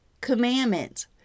commandments